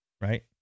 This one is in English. right